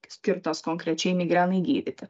skirtas konkrečiai migrenai gydyti